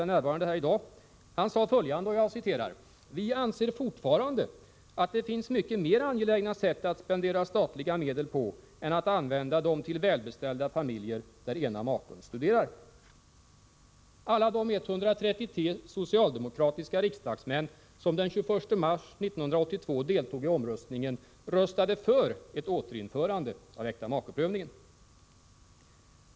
är närvarande här i dag, sade följande: ”Vi anser fortfarande att det finns mycket mer angelägna sätt att spendera statliga medel på än att använda dem till välbeställda familjer, där ena maken studerar.” Alla de 133 socialdemokratiska riksdagsmän som den 21 mars 1982 deltog i omröstningen röstade för ett återinförande av äktamakeprövningen.